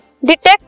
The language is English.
Detect